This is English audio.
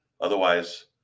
otherwise